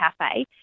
cafe